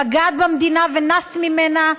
בגד במדינה ונס ממנה.